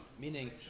meaning